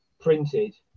printed